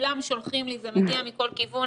כולם שולחים לי, זה מגיע מכל כיוון.